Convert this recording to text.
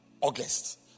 August